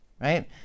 right